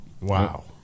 Wow